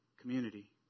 community